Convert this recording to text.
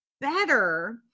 better